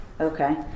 Okay